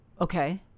Okay